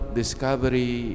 discovery